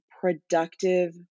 productive